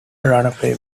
runaway